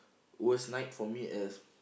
worst night for me as